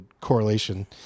correlation